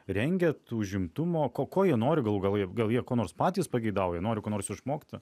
rengiat užimtumo ko ko jie nori galų gale gal jie ko nors patys pageidauja nori ko nors išmokti